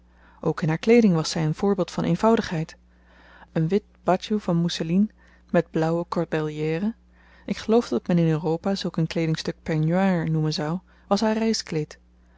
ook in haar kleeding was zy een voorbeeld van eenvoudigheid een wit baadjoe van moesselien met blauwe cordelière ik geloof dat men in europa zulk een kleedingstuk peignoir noemen zou was haar